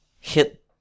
hit